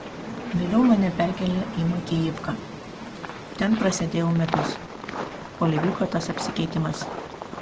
vėliau mane perkėlė į makijivką ten prasėdėjau metus kol įvyko tas apsikeitimas